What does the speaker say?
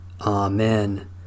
Amen